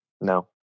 No